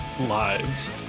lives